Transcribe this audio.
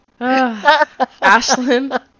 ashlyn